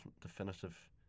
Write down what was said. definitive